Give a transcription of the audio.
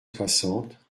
soixante